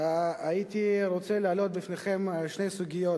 הייתי רוצה להעלות בפניכם שתי סוגיות.